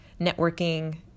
networking